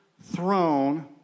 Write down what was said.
throne